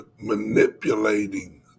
manipulating